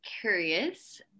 curious